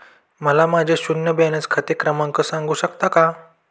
मला माझे शून्य बॅलन्स खाते क्रमांक सांगू शकता का?